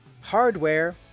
hardware